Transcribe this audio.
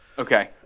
Okay